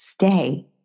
Stay